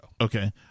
Okay